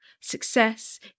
Success